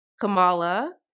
Kamala